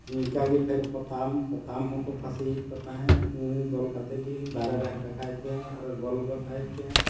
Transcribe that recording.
ᱤᱱᱠᱟᱹᱜᱮ ᱯᱷᱮᱨ ᱯᱚᱛᱟᱢ ᱯᱚᱛᱟᱢ ᱦᱚᱸᱠᱚ ᱯᱷᱟᱹᱥᱤᱭᱮᱫ ᱠᱚ ᱛᱟᱦᱮᱸᱫ ᱩᱱᱤ ᱜᱚᱞ ᱠᱟᱛᱮᱫ ᱜᱮ ᱫᱟᱨᱮ ᱨᱮ ᱟᱠᱟᱠᱟᱭ ᱦᱩᱭᱩᱜᱼᱟ ᱟᱨ ᱜᱚᱞ ᱜᱚᱫ ᱟᱭ ᱠᱮᱭᱟ